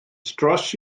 dros